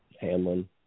Hamlin